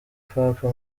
papa